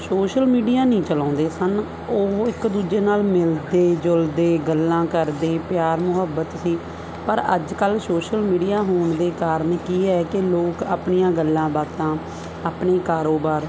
social media ਨਹੀਂ ਚਲਾਉਂਦੇ ਸਨ ਉਹ ਇੱਕ ਦੂਜੇ ਨਾਲ ਮਿਲਦੇ ਜੁਲਦੇ ਗੱਲਾਂ ਕਰਦੇ ਪਿਆਰ ਮੁਹੱਬਤ ਸੀ ਪਰ ਅੱਜ ਕੱਲ੍ਹ ਸ਼ੋਸ਼ਲ ਮੀਡੀਆ ਹੋਣ ਦੇ ਕਾਰਨ ਕੀ ਹੈ ਕਿ ਲੋਕ ਆਪਣੀਆਂ ਗੱਲਾਂ ਬਾਤਾਂ ਆਪਣੇ ਕਾਰੋਬਾਰ